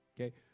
Okay